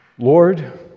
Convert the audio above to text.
Lord